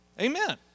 Amen